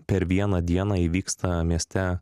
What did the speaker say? per vieną dieną įvyksta mieste